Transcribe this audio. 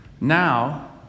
Now